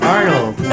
Arnold